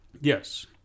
Yes